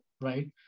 right